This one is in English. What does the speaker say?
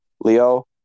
Leo